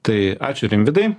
tai ačiū rimvydai